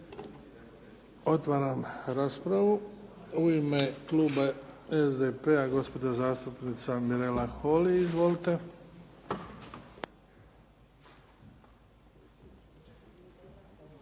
Otvaram raspravu. U ime Kluba SDP-a gospođa zastupnica Mirela Holly. Izvolite.